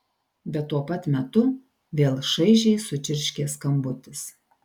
bet tuo pat metu vėl šaižiai sučirškė skambutis